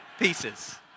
pieces